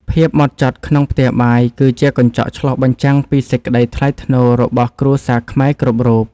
ភាពហ្មត់ចត់ក្នុងផ្ទះបាយ គឺជាកញ្ចក់ឆ្លុះបញ្ចាំងពីសេចក្តីថ្លៃថ្នូររបស់គ្រួសារខ្មែរគ្រប់រូប។